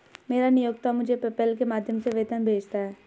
मेरा नियोक्ता मुझे पेपैल के माध्यम से वेतन भेजता है